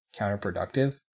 counterproductive